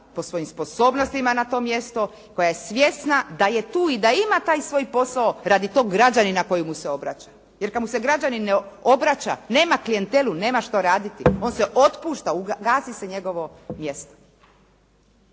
po svojim sposobnostima na to mjesto, koja je svjesna da je tu i da ima taj svoj posao radi tog građanina koji mu se obraća. Jer kad mu se građanin ne obraća, nema klijentelu, nema što raditi. On se otpušta, gasi se njegovo mjesto.